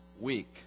week